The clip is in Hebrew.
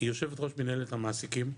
יו"ר מינהלת המעסיקים.